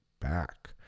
back